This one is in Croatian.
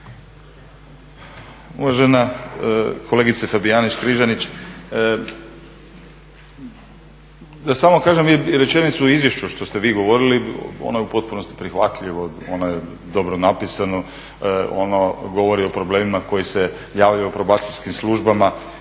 Uvažena kolegice Fabijančić-Križanić, da samo kažem rečenicu o izvješću što ste vi govorili, ono je u potpunosti prihvatljivo, ono je dobro napisano, ono govori o problemima koji se javljaju u probacijskim službama.